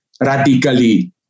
radically